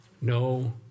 no